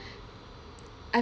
I